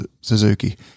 Suzuki